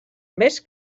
més